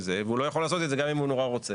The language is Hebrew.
הוא לא יכול לעשות את זה גם אם הוא נורא רוצה.